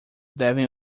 devem